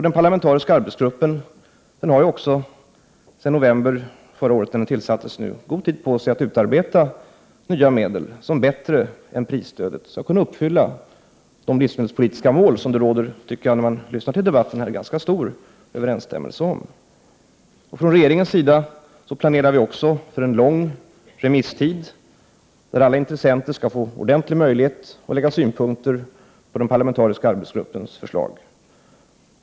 Den parlamentariska arbetsgruppen har ju också sedan november förra året, då den tillsattes, nu god tid på sig att utarbeta nya medel som bättre än prisstödet skall kunna uppfylla de livsmedelspolitiska mål som det råder — det tycker jag att man kan notera när man lyssnar på debatten här — stor enighet om. Från regeringens sida planerar vi för en lång remisstid, så att alla intressenter skall få ordentliga möjligheter att lägga fram synpunkter på den parlamentariska arbetsgruppens förslag.